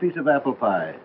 piece of apple pie